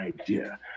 idea